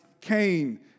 Cain